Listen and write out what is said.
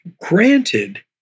Granted